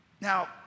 Now